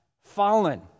fallen